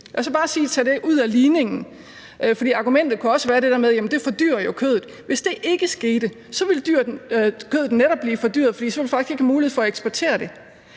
og sagde, at det ikke blev gjort – for argumentet kunne også være, at det fordyrer kødet – så ville kødet netop blive fordyret, for så ville vi faktisk ikke have mulighed for at eksportere det.